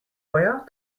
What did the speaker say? wire